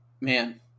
man